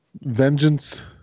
vengeance